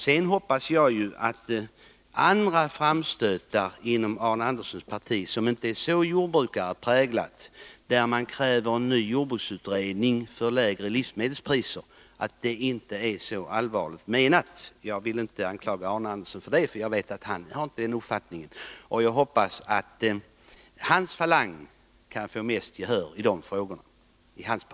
Jag hoppas att andra framstötar inom Arne Anderssons parti, som ju inte är så jordbrukarpräglat, där man kräver en ny jordbruksutredning för lägre livsmedelspriser inte är så allvarligt menade. Jag anklagar inte Arne Andersson för de förslagen, för jag vet att han inte har den uppfattningen. Jag hoppas emellertid att hans falang i partiet får mest gehör i de här frågorna.